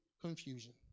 confusion